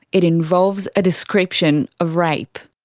it involves a description of rape.